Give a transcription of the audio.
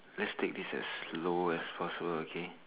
let's take this as slow as possible okay